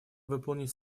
выполнить